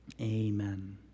Amen